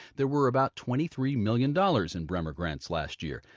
there were about twenty three million dollars in bremer grants last year,